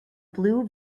blue